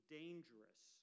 dangerous